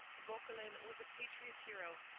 vauquelin was a patriot hero,